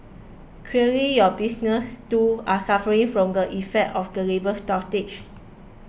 clearly your businesses too are suffering from the effects of the labours shortage